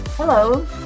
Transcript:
Hello